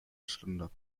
stunde